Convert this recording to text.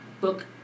book